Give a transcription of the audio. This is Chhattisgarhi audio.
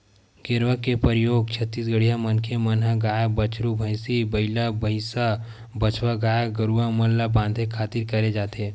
गेरवा के परियोग छत्तीसगढ़िया मनखे मन ह गाय, बछरू, भंइसी, बइला, भइसा, बछवा गाय गरुवा मन ल बांधे खातिर करे जाथे